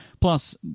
plus